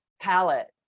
palette